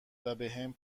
وبهم